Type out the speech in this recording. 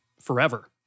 forever